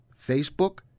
Facebook